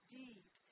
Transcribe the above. deep